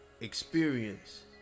Experience